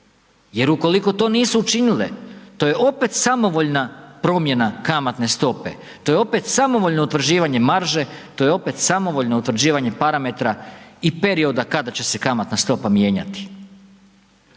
jer ukoliko to nisu učinile to je opet samovoljna promjena kamatne stope, to je opet samovoljno utvrđivanje marže, to je opet samovoljno utvrđivanje parametra i perioda kada će se kamatna stopa mijenjati.